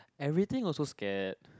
everything also scared